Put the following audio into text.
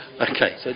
Okay